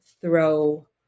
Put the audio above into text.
throw